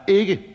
ikke